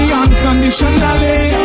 unconditionally